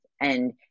And-